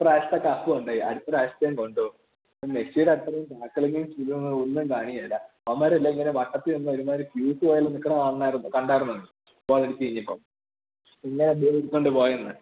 ഈ പ്രാവശ്യത്തെ കപ്പ് കൊണ്ടുപോയി അടുത്ത പ്രാവശ്യത്തെയും കൊണ്ടുപോകും ഇപ്പോള് മെസ്സിയുടെയത്രയും ടാക്ക്ലിങ്ങും ഇതോന്നുമൊന്നും കാണില്ല അവന്മാരെല്ലാം ഇങ്ങനെ വട്ടത്തില് നിന്ന് ഒരുമാതിരി ഫ്യൂസ് പോയതുപോലെ നില്ക്കുന്നത് കണ്ടായിരുന്നുവോ നീ ഗോളടിച്ച് കഴിഞ്ഞപ്പോള് ബോളെടുത്ത് കൊണ്ടുപോയെന്ന്